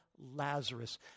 Lazarus